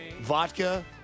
Vodka